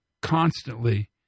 constantly